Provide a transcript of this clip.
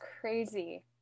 crazy